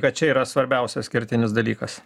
kad čia yra svarbiausias kertinis dalykas